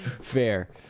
Fair